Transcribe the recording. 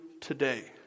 today